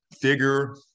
figure